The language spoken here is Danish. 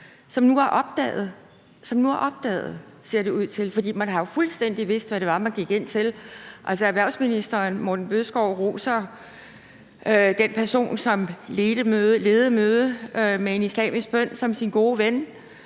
har nu opdaget – ser det ud til, for man har fuldstændig vidst det – hvad det var, man gik ind til. Erhvervsministeren roser den person, som ledede mødet med en islamisk bøn, som sin gode ven.